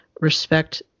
respect